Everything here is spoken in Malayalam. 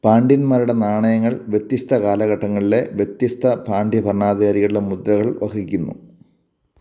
പാണ്ഡ്യന്മാരുടെ നാണയങ്ങൾ വ്യത്യസ്തകാലഘട്ടങ്ങളിലെ വ്യത്യസ്ത പാണ്ഡ്യഭരണാധികാരികളുടെ മുദ്രകള് വഹിക്കുന്നു